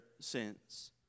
sins